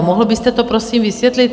Mohl byste to prosím vysvětlit?